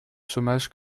chômage